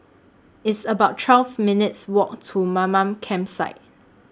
It's about twelve minutes' Walk to Mamam Campsite